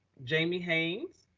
jamie haynes,